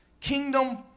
kingdom